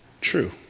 true